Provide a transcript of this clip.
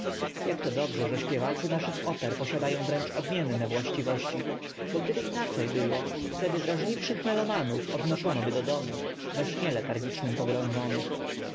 jak to dobrze że śpiewacy naszych oper posiadają wręcz odmienne własności bo gdyby inaczej było wtedy wrażliwszych melomanów odnoszonoby do domów w śnie letargicznym pogrążonych